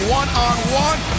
one-on-one